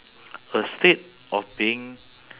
a statue of being